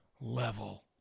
level